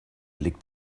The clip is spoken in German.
legt